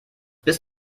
bis